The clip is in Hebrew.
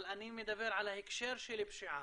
אבל אני מדבר על ההקשר של פשיעה.